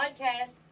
podcast